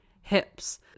hips